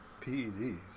PEDs